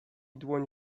dłoń